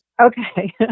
Okay